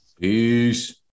Peace